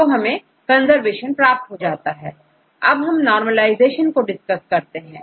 तो हमें कंजर्वेशन प्राप्त हो जाता है अब हम नॉर्मलाइजेशन को डिस्कस करते हैं